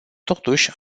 totuși